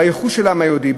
בייחוס של העם היהודי,